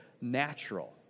natural